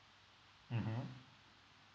mmhmm